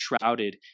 shrouded